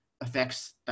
affects